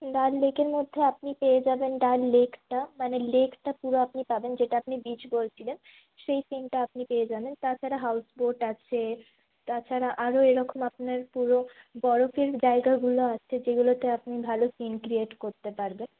ডাল লেকের মধ্যে আপনি পেয়ে যাবেন ডাল লেকটা মানে লেকটা পুরো আপনি পাবেন যেটা আপনি বীচ বলছিলেন সেই সীনটা আপনি পেয়ে যাবেন তাছাড়া হাউজবোট আছে তাছাড়া আরো এরকম আপনার পুরো বরফের জায়গাগুলো আছে যেগুলোতে আপনি ভালো সীন ক্রিয়েট করতে পারবেন